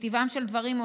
מטבעם של דברים,